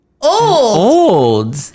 old